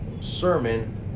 sermon